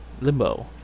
Limbo